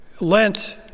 Lent